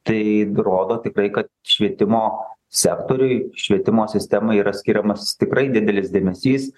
tai rodo tikrai kad švietimo sektoriui švietimo sistemai yra skiriamas tikrai didelis dėmesys